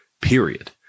period